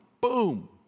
Boom